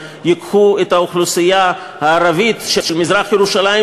ייקחו את האוכלוסייה הערבית של מזרח-ירושלים,